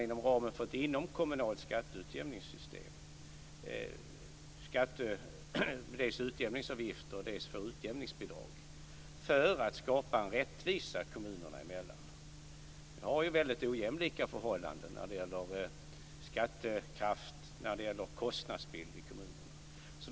Inom ramen för ett inomkommunalt skatteutjämningssystem betalar kommunerna sedan dels utjämningsavgifter, dels utjämningsbidrag för att skapa en rättvisa kommunerna emellan. Vi har ju väldigt ojämlika förhållanden när det gäller skattekraft och kostnadsbild i kommunerna.